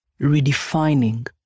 redefining